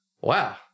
wow